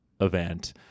event